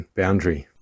boundary